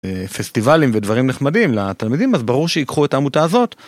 פסטיבלים ודברים נחמדים לתלמידים אז ברור שיקחו את העמותה הזאת.